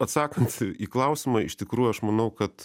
atsakant į klausimą iš tikrųjų aš manau kad